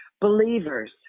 believers